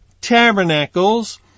tabernacles